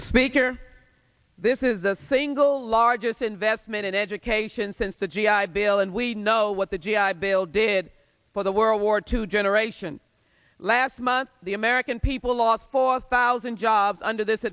speaker this is the single largest investment in education since the g i bill and we know what the g i bill did for the world war two generation last month the american people lost four thousand jobs under this